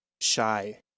shy